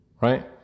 Right